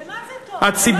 למה זה טוב?